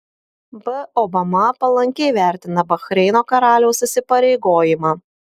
b obama palankiai vertina bahreino karaliaus įsipareigojimą